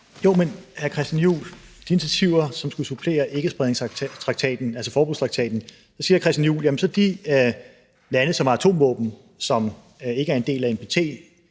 Jo, men i forhold til de initiativer, som skulle supplere ikkespredningstraktaten, altså forbudstraktaten, siger hr. Chritian Juul, at de lande, der har atomvåben, og som ikke er en del af NPT,